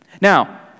Now